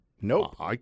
Nope